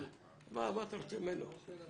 מה אתה רוצה ממנו?